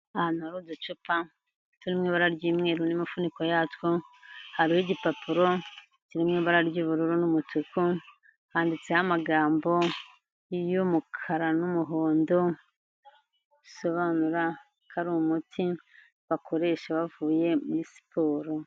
Ahantu hari uducupa turi mw’ibara ry'umweru n'imifuniko yatwo, hariho igipapuro kirimo ibara ry'ubururu n'umutuku, handitseho amagambo y'umukara n'umuhondo, bisobanura ko ari umuti bakoresha bavuye muri siporo.